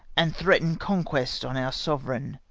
and threaten conquest on our sovereign